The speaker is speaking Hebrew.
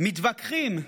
מתווכחים.